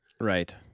Right